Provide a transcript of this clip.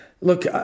look